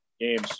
games